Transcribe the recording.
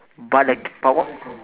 but like but what